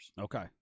Okay